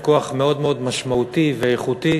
עכשיו כוח מאוד מאוד משמעותי ואיכותי,